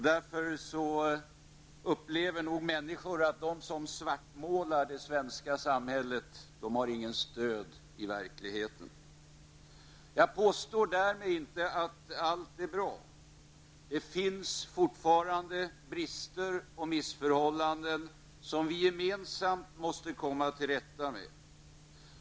Därför upplever nog människor att de som svartmålar det svenska samhället inte har stöd i verkligheten. Jag påstår därmed inte att allt är bra. Det finns fortfarande brister och missförhållanden som vi gemensamt måste komma till rätta med.